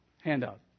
handout